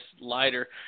lighter